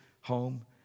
home